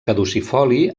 caducifoli